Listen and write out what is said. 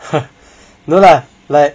no lah like